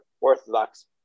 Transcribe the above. Orthodox